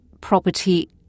property